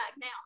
Now